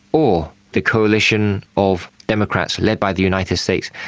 or the coalition of democrats led by the united states,